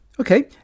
Okay